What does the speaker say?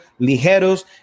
Ligeros